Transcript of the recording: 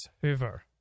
Hoover